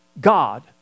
God